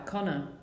Connor